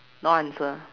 no answer